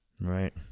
Right